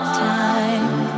time